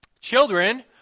Children